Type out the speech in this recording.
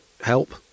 help